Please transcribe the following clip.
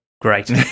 Great